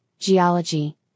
geology